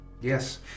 Yes